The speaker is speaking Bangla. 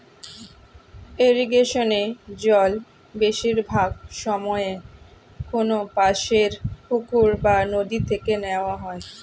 ইরিগেশনে জল বেশিরভাগ সময়ে কোনপাশের পুকুর বা নদি থেকে নেওয়া হয়